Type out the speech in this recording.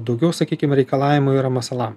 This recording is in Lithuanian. daugiau sakykim reikalavimų yra masalam